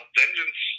vengeance